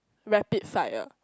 rapid fire